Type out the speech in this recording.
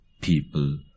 people